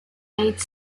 made